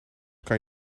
kan